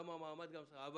גם המעמד, אבל